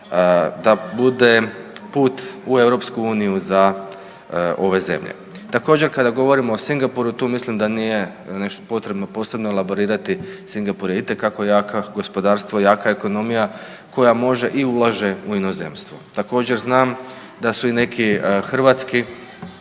da bude put u EU za ove zemlje. Također, kada govorimo o Singapuru, tu mislim da nije nešto potrebno posebno elaborirati, Singapur je isto tako jaka gospodarstvo, jaka ekonomija, koja može i ulaže u inozemstvo. Također, znam da su i neki hrvatski